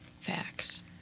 Facts